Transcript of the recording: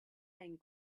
and